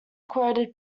quoted